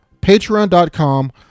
patreon.com